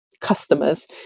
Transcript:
customers